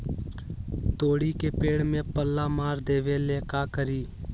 तोड़ी के पेड़ में पल्ला मार देबे ले का करी?